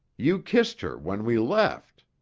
you kissed her when we left.